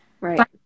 right